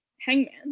Hangman